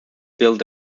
built